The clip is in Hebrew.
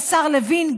השר לוין,